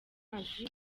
amazi